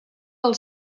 del